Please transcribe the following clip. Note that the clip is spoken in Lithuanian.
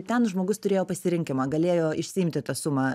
ten žmogus turėjo pasirinkimą galėjo išsiimti tą sumą